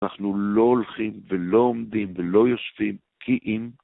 אנחנו לא הולכים ולא עומדים ולא יושבים, כי אם...